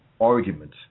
argument